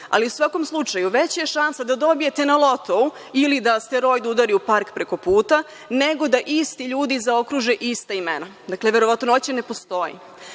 Ali, u svakom slučaju veća je šansa da dobijete na lotou, ili da asteroid udari u park preko puta, nego da isti ljudi zaokruže ista imena. Dakle, verovatnoća ne postoji.